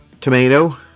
Tomato